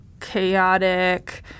chaotic